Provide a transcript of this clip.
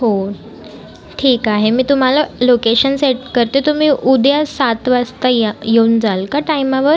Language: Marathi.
हो ठीक आहे मी तुम्हाला लोकेशन सेंड करते तुम्ही उद्या सात वाजता या येऊन जाल का टायमावर